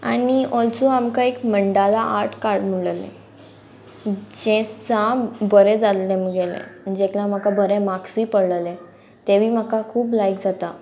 आनी ऑल्सो आमकां एक मंडाला आर्ट काड म्हणले जे साम बरें जाल्ले मुगेले जेक लागून म्हाका बरें माक्सूय पडलेले तेवूय म्हाका खूब लायक जाता